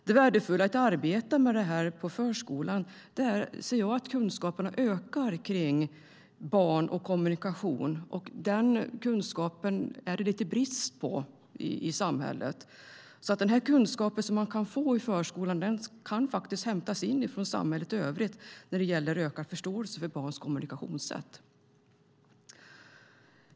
Det värdefulla i att arbeta med detta i förskolan anser jag är att kunskaperna ökar kring barn och kommunikation. Den kunskapen är det lite brist på i samhället. Den kunskap som man kan få i förskolan kan faktiskt hämtas in från samhället i övrigt när det gäller ökad förståelse för barns kommunikationssätt.